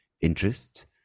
interests